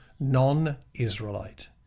non-israelite